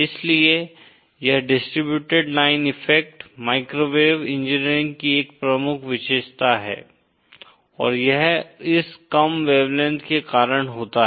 इसीलिए यह distributed line effect microwave engineering की एक प्रमुख विशेषता है और यह इस कम वेवलेंथ के कारण होता है